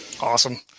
awesome